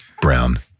brown